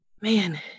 man